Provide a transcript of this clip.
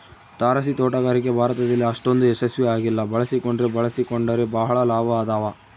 ತಾರಸಿತೋಟಗಾರಿಕೆ ಭಾರತದಲ್ಲಿ ಅಷ್ಟೊಂದು ಯಶಸ್ವಿ ಆಗಿಲ್ಲ ಬಳಸಿಕೊಂಡ್ರೆ ಬಳಸಿಕೊಂಡರೆ ಬಹಳ ಲಾಭ ಅದಾವ